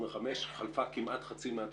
חלפה כמעט חצי מהתקופה.